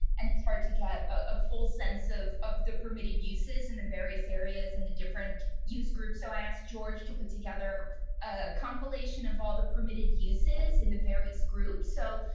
and it's hard to get a full sense of of the permitted uses in the various areas, and the different use groups. so, i asked george to put together a compilation of all the permitted uses in the various groups. so,